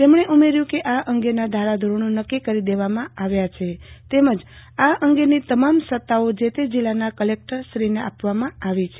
તેમણે ઉમેયુંકે ઢોરવાડા અંગેના ધારા ધોરણો નક્કી કરી દેવામાં આવ્યા છે તેમજ આ અંગેની તમામ સત્તાઓ જે તે જલ્લાના કલેક્ટરશ્રીને આપવામાં આવ્યા છે